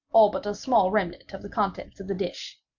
all but a small remnant of the contents of the dish.